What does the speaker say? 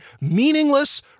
meaningless